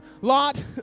Lot